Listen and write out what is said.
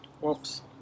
whoops